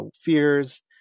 fears